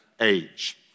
age